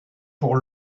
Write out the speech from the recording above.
pour